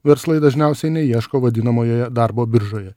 verslai dažniausiai neieško vadinamojoje darbo biržoje